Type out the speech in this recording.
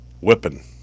Whipping